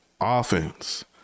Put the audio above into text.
offense